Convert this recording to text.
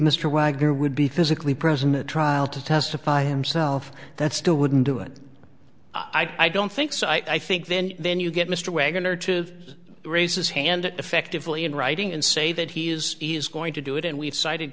mr wagner would be physically present at trial to testify himself that still wouldn't do it i don't think so i think then then you get mr wagoner to raise his hand effectively in writing and say that he is is going to do it and we've cited